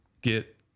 get